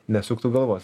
nesuktų galvos